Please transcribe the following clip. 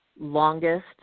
longest